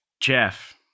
Jeff